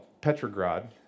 Petrograd